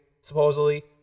supposedly